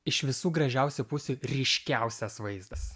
iš visų gražiausių pusių ryškiausias vaizdas